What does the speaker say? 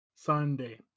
sunday